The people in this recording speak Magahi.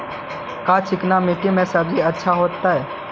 का चिकना मट्टी में सब्जी अच्छा होतै?